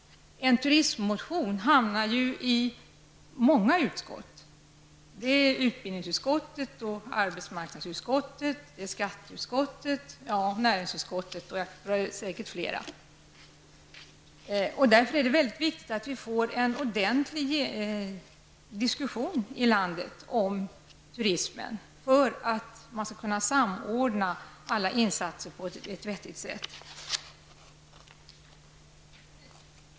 En turismmotion hamnar i många olika utskott. Det kan gälla utbildningsutskottet, arbetsmarknadsutskottet, skatteutskottet, näringsutskottet m.fl. Därför är det mycket viktigt att vi får en ordentlig diskussion i landet om turismen. Det behövs för att man skall kunna samordna alla insatser på ett bra sätt.